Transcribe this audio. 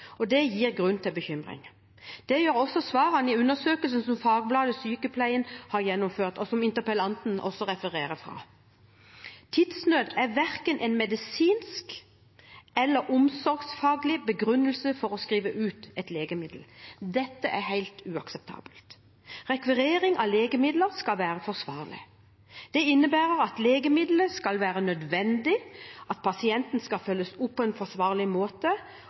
og det gir grunn til bekymring. Det gjør også svarene i undersøkelsen som fagbladet Sykepleien har gjennomført, og som interpellanten også refererer fra. Tidsnød er verken en medisinsk eller omsorgsfaglig begrunnelse for å skrive ut et legemiddel. Dette er helt uakseptabelt. Rekvirering av legemidler skal være forsvarlig. Det innebærer at legemiddelet skal være nødvendig, at pasienten følges opp på en forsvarlig måte,